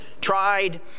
tried